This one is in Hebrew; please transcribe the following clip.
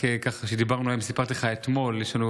רק כשדיברנו היום סיפרתי לך שיש לנו